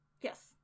Yes